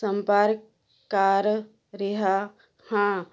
ਸੰਪਰਕ ਕਰ ਰਿਹਾ ਹਾਂ